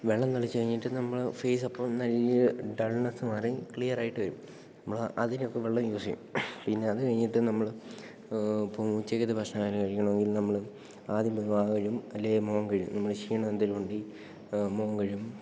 വെള്ളം തളിച്ചുകഴിഞ്ഞിട്ട് നമ്മള് ഫേയ്സപ്പം നല്ല ഡൾനെസ്സ് മാറി ക്ലിയറായിട്ട് വരും നമ്മള് അതിനുമപ്പോള് വെള്ളം യൂസ്സേയ്യും പിന്നെ അതു കഴിഞ്ഞിട്ട് നമ്മള് ഇപ്പോള് ഉച്ചയ്ക്കത്തെ ഭക്ഷണം ആഹാരം കഴിക്കണമെങ്കിൽ നമ്മള് ആദ്യം പോയി വായ കഴുകും അല്ലെങ്കില് മുഖം കഴുകും നമ്മള് ക്ഷീണമെന്തെങ്കിലും ഉണ്ടെങ്കില് മുഖം കഴുകും